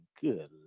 Good